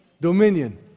Dominion